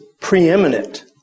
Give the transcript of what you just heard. preeminent